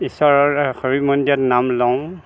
ইশ্বৰৰ হৰি মন্দিৰত নাম লওঁ